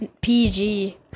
PG